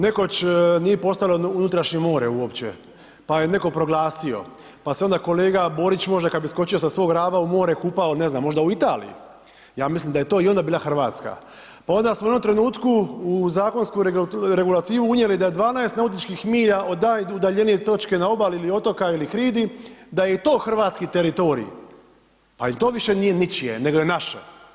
Nekoć nije postojalo unutrašnje more uopće, pa je netko proglasio, pa se onda kolega Borić može kad bi skočio sa svoga Raba u more kupao, ne znam, možda u Italiji, ja mislim da je to i onda bila RH, pa onda smo u jednom trenutku u zakonsku regulativu unijeli da je 12 nautičkih milja od najudaljenije točke na obali ili otoka ili hridi, da je i to hrvatski teritorij, pa i to više nije ničije, nego je naše.